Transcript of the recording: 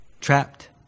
trapped